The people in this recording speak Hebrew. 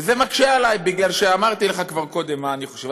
וזה מקשה עלי, כי אמרתי לך כבר קודם מה אני חושב.